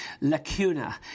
lacuna